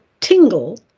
tingle